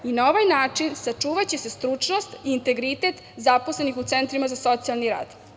Na ovaj način sačuvaće se stručnost i integritet zaposlenih u centrima za socijalni rad.